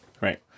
Right